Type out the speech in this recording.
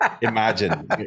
imagine